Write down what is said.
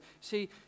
See